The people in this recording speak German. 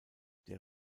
der